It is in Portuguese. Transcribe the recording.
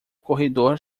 corredor